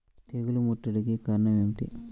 తెగుళ్ల ముట్టడికి కారణం ఏమిటి?